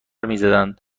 میزدن